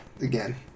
Again